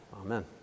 Amen